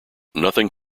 nothing